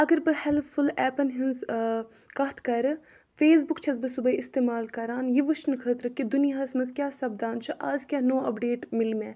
اگر بہٕ helpful ایپن ہٕنٛز کتھ کرٕ فیس بُک چھَس بہٕ صُبحٲے استعمال کران یہِ وُچھنہٕ خٲطرٕ کہِ دُنیاہس منٛز کیاہ سپدان چھُ آز کیاہ نوٚو اپ ڈیٹ مِل مےٚ